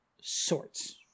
sorts